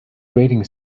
grating